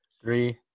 Three